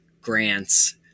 grants